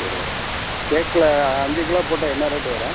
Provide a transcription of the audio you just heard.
சரி கேக்கில் அஞ்சு கிலோ போட்டால் என்ன ரேட் வரும்